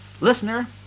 Listener